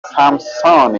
samson